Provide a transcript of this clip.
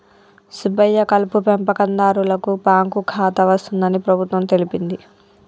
సుబ్బయ్య కలుపు పెంపకందారులకు బాంకు ఖాతా వస్తుందని ప్రభుత్వం తెలిపింది